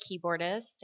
keyboardist